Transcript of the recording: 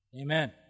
Amen